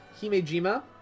Himejima